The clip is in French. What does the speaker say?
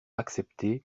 accepter